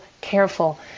careful